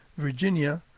virginia,